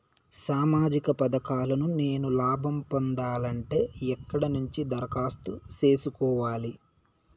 సామాజిక పథకాలను నేను లాభం పొందాలంటే ఎక్కడ నుంచి దరఖాస్తు సేసుకోవాలి?